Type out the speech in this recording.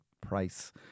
price